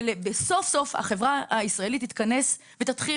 שסוף סוף החברה הישראלית תתכנס ותתחיל